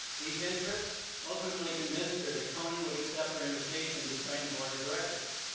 these interests ultimately convinced her that conan would accept her invitation to join the board of directors.